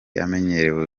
amenyerewe